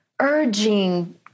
urging